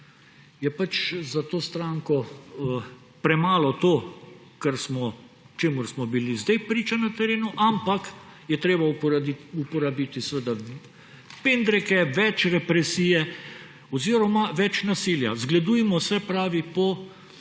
je pač za to stranko premalo to, čemur smo bili zdaj priča na terenu, ampak je treba uporabiti seveda pendreke, več represije oziroma več nasilja. Zgledujmo se, pravi, po